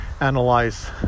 analyze